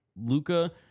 Luca